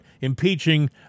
impeaching